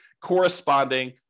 corresponding